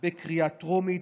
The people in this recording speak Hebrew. החוק בקריאה טרומית.